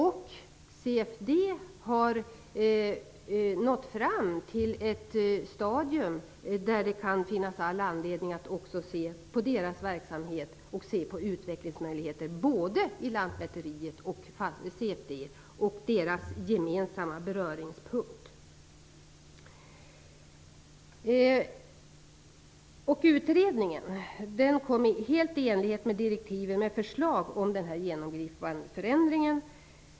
CFD har nått fram till ett stadium där det kan finnas all anledning att se på dess verksamhet och på utvecklingsmöjligheterna hos både Lantmäteriverket och CFD samt på deras beröringspunkt. Utredningen kom, helt i enlighet med direktiven, med förslag om en genomgripande förändring.